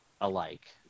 alike